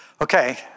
Okay